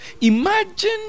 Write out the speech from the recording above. Imagine